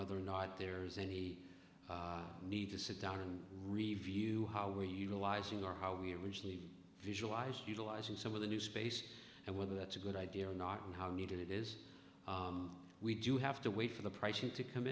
whether or not there's any need to sit down and review how we utilizing or how we originally visualise utilizing some of the new space and whether that's a good idea or not and how we need it is we do have to wait for the pricing to come